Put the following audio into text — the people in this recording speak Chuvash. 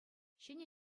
ҫӗнӗ